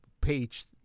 Page